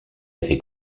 avaient